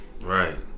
Right